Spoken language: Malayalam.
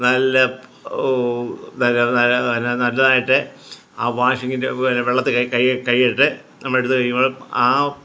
നല്ല ഓ നല്ല നല്ല നല്ല നല്ലതായിട്ട് ആ വാഷിങ്ങിൻ്റെ വെള്ളത്തിൽ കൈയിട്ട് നമ്മൾ എടുത്ത് കഴുയുമ്പോൾ ആ